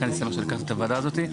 לכן אני שמח שלקחת את הוועדה הזאת.